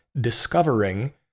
discovering